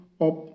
up